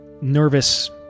nervous